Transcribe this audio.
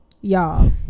y'all